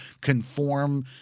conform